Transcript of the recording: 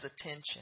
attention